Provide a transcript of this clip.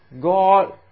God